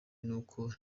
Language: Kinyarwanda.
n’uko